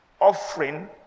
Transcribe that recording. offering